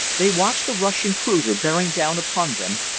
they watched a russian cruiser bearing down upon them,